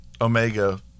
omega